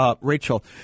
Rachel